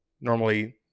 Normally